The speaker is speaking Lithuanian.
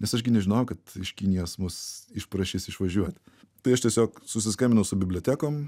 nes aš gi nežinojau kad iš kinijos mus išprašys išvažiuot tai aš tiesiog susiskambinau su bibliotekom